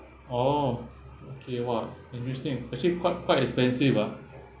orh okay !wah! interesting actually quite quite expensive ah